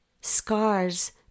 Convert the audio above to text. Scars